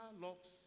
locks